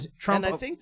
Trump